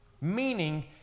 Meaning